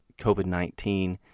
COVID-19